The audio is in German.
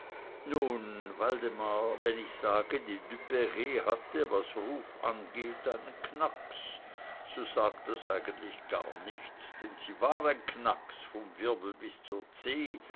nun waldemar wenn ich sage die duperr hatte was ruf angeht einen knacks so sagt das eigentlich gar nichts denn sie war ein knacks vom wirbel bis zur zeh